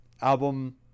album